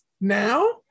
now